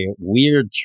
weird